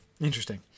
Interesting